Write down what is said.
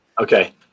Okay